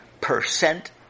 percent